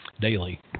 daily